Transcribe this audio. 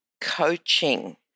coaching